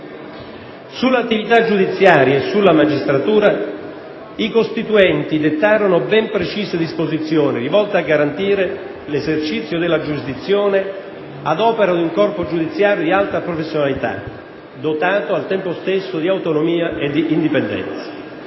Sull'attività giudiziaria e sulla magistratura i Costituenti dettarono ben precise disposizioni rivolte a garantire l'esercizio della giurisdizione ad opera di un corpo giudiziario di alta professionalità, dotato al tempo stesso di autonomia e di indipendenza,